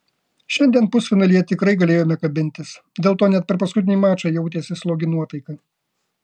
šiandien pusfinalyje tikrai galėjome kabintis dėl to net per paskutinį mačą jautėsi slogi nuotaika